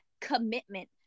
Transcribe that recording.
commitment